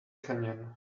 canyon